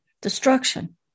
destruction